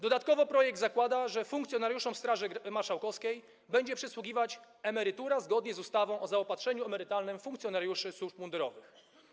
Dodatkowo projekt zakłada, że funkcjonariuszom Straży Marszałkowskiej będzie przysługiwać emerytura zgodnie z ustawą o zaopatrzeniu emerytalnym funkcjonariuszy służb mundurowych.